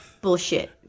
bullshit